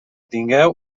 tingueu